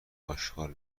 اشغال